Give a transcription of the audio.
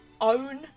own